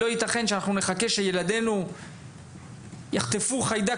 לא ייתכן שאנחנו נחכה שילדינו יחטפו חיידק